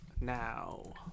now